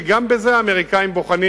שגם בזה האמריקנים בוחנים,